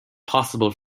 possible